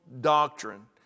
doctrine